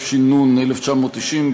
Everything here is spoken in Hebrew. התש"ן 1990,